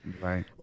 right